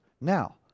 Now